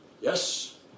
Yes